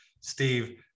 Steve